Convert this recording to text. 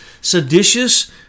seditious